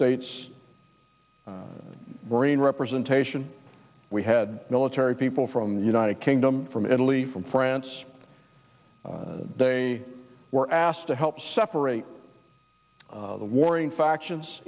states marine representation we had military people from the united kingdom from italy from france they were asked to help separate the warring factions